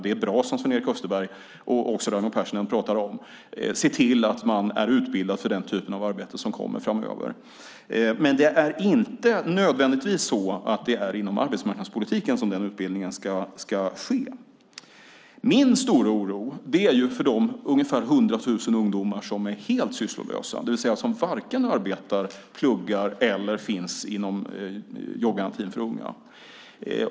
Det är bra, som Sven-Erik Österberg och Raimo Pärssinen säger, att se till att människor är utbildade för den typ av arbete som kommer framöver. Denna utbildning ska dock inte nödvändigtvis ske inom arbetsmarknadspolitiken. Min stora oro gäller de ungefär 100 000 ungdomar som är helt sysslolösa, det vill säga som varken arbetar, pluggar eller finns inom jobbgarantin för unga.